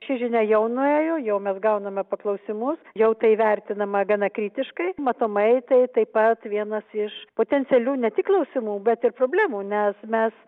ši žinia jau nuėjo jau mes gauname paklausimus jau tai vertinama gana kritiškai matomai tai taip pat vienas iš potencialių ne tik klausimų bet ir problemų nes mes